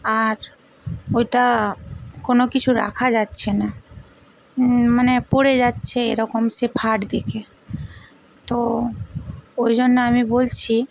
আর ওইটা কোনো কিছু রাখা যাচ্ছে না মানে পড়ে যাচ্ছে এরকম সে ফাট দিকে তো ওই জন্য আমি বলছি